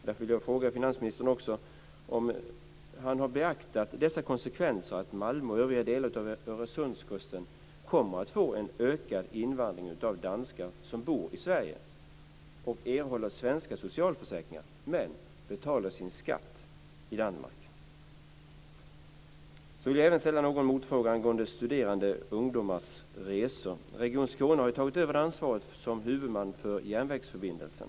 Därför vill jag också fråga finansministern om han har beaktat dessa konsekvenser, att Malmö och övriga delar av Öresundskusten kommer att få en ökad invandring av danskar som bor i Sverige och erhåller svenska socialförsäkringar men betalar sin skatt i Jag vill även ställa någon motfråga angående studerande ungdomars resor. Region Skåne har ju tagit över ansvaret som huvudman för järnvägsförbindelsen.